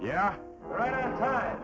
yeah right